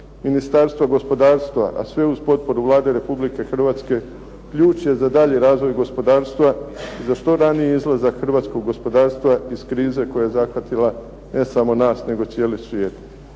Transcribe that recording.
Ministarstvo gospodarstva, a sve uz potporu Vlade Republike Hrvatske ključ je za daljnji razvoj gospodarstva i za što raniji izlazak hrvatskog gospodarstva iz krize koja je zahvatila ne samo nas nego cijeli svijet.